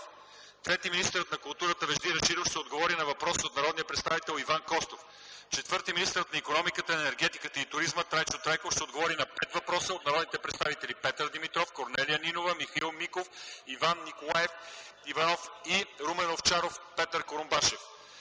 3. Министърът на културата Вежди Рашидов ще отговори на въпрос от народния представител Иван Костов. 4. Министърът на икономиката, енергетиката и туризма Трайчо Трайков ще отговори на пет въпроса от народните представители Петър Димитров, Корнелия Нинова, Михаил Миков, Иван Николаев Иванов и Румен Овчаров, Петър Курумбашев.